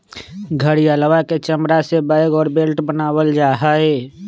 घड़ियलवा के चमड़ा से बैग और बेल्ट बनावल जाहई